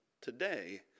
today